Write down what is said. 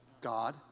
God